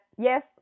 yes